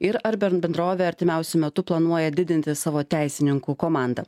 ir ar bent bendrovė artimiausiu metu planuoja didinti savo teisininkų komandą